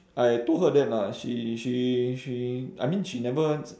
I told her that lah she she she I mean she never